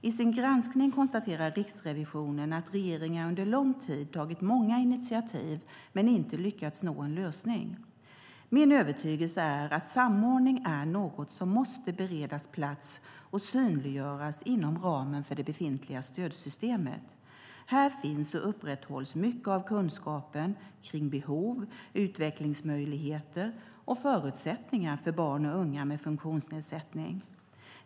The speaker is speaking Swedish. I sin granskning konstaterar Riksrevisionen att regeringar under lång tid tagit många initiativ men inte lyckats nå en lösning. Min övertygelse är att samordning är något som måste beredas plats och synliggöras inom ramen för det befintliga stödsystemet. Här finns och upprätthålls mycket av kunskapen kring behov, utvecklingsmöjligheter och förutsättningar för barn och unga med funktionsnedsättning.